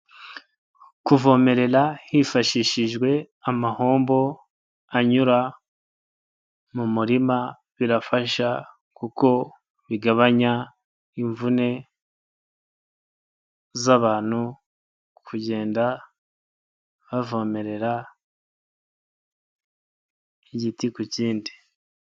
Kuvomerera hifashishijwe amahombo anyura mu murima birafasha kuko bigabanya imvune z'abantu kugenda bavomerera igiti ku kindi.